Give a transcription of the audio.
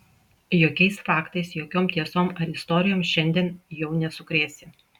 jokiais faktais jokiom tiesom ar istorijom šiandien jau nesukrėsi